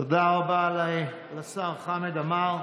תודה רבה לשר חמד עמאר.